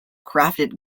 crafted